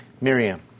Miriam